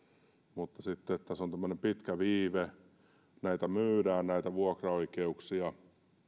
mutta sitten tässä on tämmöinen pitkä viive näitä vuokraoikeuksia